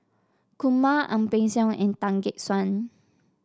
Kumar Ang Peng Siong and Tan Gek Suan